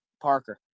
Parker